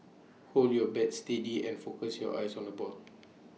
hold your bat steady and focus your eyes on the ball